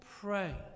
pray